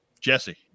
jesse